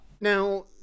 Now